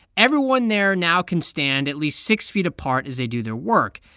everyone there now can stand at least six feet apart as they do their work,